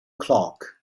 clock